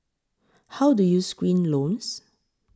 how do you screen loans